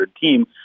team